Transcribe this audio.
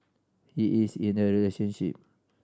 he is in a relationship